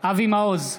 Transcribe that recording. אבי מעוז,